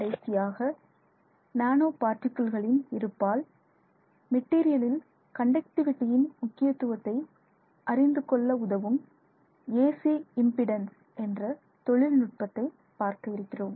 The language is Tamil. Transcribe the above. கடைசியாக நானோ பார்ட்டிகிள்களின் இருப்பால் மெட்டீரியலில் கண்டக்டிவிட்டியின் முக்கியத்துவத்தை அறிந்து கொள்ள உதவும் AC இம்பிடன்ஸ் என்ற தொழில் நுட்பத்தை பார்க்க இருக்கிறோம்